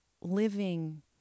Living